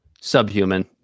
Subhuman